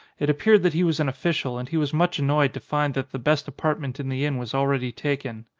it appeared that he was an official and he was much annoyed to find that the best apartment in the inn was already taken.